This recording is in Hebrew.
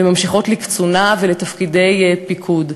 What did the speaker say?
וממשיכות לקצונה ולתפקידי פיקוד.